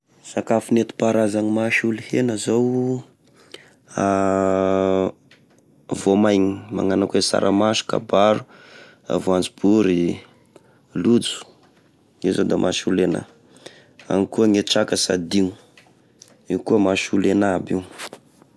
Sakafo netim-paharaza mahasolo hena zao voamaigna magnano akoa e saramaso kabaro, voanzobory, lojo, io zao da mahasolo hena, agny koa gne traka sy adigno, igny koa mahasolo hena aby io.